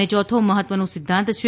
અને યોથો મહત્વનો સિદ્ધાંત છે